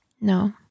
No